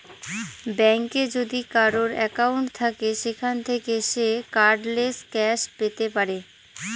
ব্যাঙ্কে যদি কারোর একাউন্ট থাকে সেখান থাকে সে কার্ডলেস ক্যাশ পেতে পারে